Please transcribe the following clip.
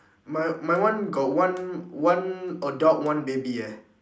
my my one got one one adult one baby eh